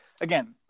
again